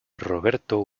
roberto